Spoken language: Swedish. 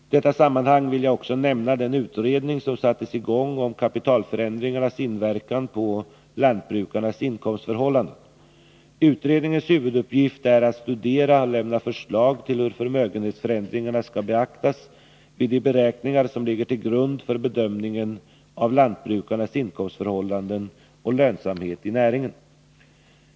I detta sammanhang vill jag också nämna den utredning som satts i gång om kapitalförändringarnas inverkan på lantbrukarnas inkomstförhållanden. Utredningens huvuduppgift är att studera och lämna förslag till hur förmögenhetsförändringarna skall beaktas vid de beräkningar som ligger till grund för bedömningen av lantbrukarnas inkomstförhållanden och lönsamheten i näringen.